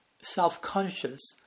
self-conscious